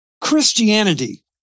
Christianity